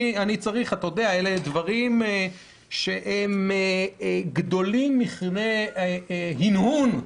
אלה דברים שהם גדולים מכדי הנהון,